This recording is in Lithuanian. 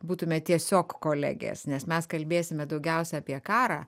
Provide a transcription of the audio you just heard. būtume tiesiog kolegės nes mes kalbėsime daugiausia apie karą